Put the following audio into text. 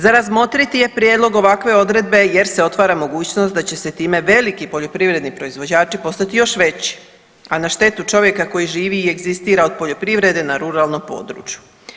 Za razmotriti je prijedlog ovakve odredbe jer se otvara mogućnost da će se time veliki poljoprivredni proizvođači postati još veći, a na štetu čovjeka koji živi i egzistira od poljoprivrede na ruralnom području.